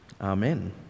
amen